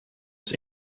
was